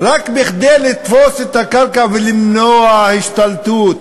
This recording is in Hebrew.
רק כדי לתפוס את הקרקע ולמנוע השתלטות.